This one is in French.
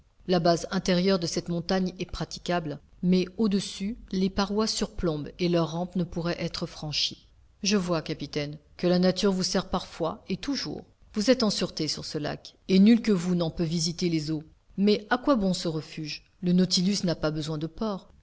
la base intérieure de cette montagne est praticable mais au-dessus les parois surplombent et leurs rampes ne pourraient être franchies je vois capitaine que la nature vous sert partout et toujours vous êtes en sûreté sur ce lac et nul que vous n'en peut visiter les eaux mais à quoi bon ce refuge le nautilus n'a pas besoin de port